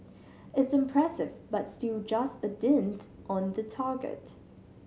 it's impressive but still just a dint on the target